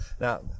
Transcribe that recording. Now